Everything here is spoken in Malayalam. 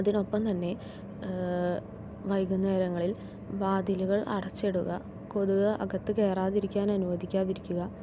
അതിനൊപ്പം തന്നെ വൈകുന്നേരങ്ങളിൽ വാതിലുകൾ അടച്ചിടുക കൊതുക് അകത്തുകേറാതിരിക്കാൻ അനുവദിക്കാതിരിക്കുക